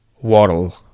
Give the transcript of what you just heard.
Waddle